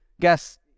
guess